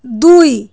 দুই